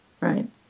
right